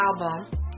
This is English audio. album